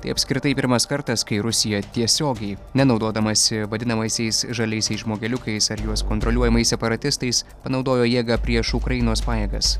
tai apskritai pirmas kartas kai rusija tiesiogiai ne naudodamasi vadinamaisiais žaliaisiais žmogeliukais ar juos kontroliuojamais separatistais panaudojo jėgą prieš ukrainos pajėgas